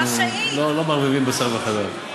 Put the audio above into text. אנחנו לא מערבבים בשר וחלב.